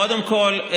קודם כול,